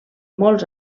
molts